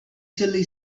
chilli